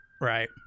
Right